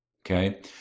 Okay